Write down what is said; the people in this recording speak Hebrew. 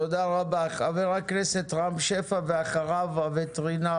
אנחנו אמרנו שנלך בין שתי התזות האלה ונקבע שאנחנו צופים חוסר